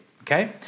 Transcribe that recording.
okay